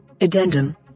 Addendum